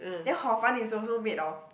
then hor fun is also made of